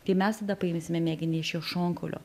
kai mes tada paimsime mėginį iš jo šonkaulio